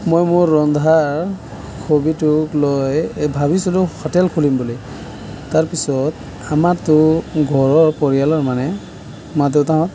মই মোৰ ৰন্ধাৰ হবিটোক লৈ ভাবিছিলোঁ হোটেল খুলিম বুলি তাৰপিছত আমাৰতো ঘৰৰ পৰিয়ালৰ মানে মা দেউতাহঁত